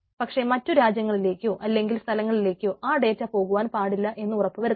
പക്ഷേ മറ്റു രാജ്യങ്ങളിലേക്കോ അല്ലെങ്കിൽ സ്ഥലങ്ങളിലേക്കോ ആ ഡേറ്റ പോകുവാൻ പാടില്ല എന്ന് ഉറപ്പുവരുത്തണം